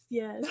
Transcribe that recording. yes